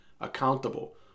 accountable